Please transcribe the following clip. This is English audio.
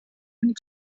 and